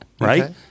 right